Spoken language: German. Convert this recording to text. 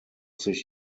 sich